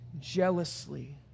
jealously